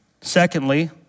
secondly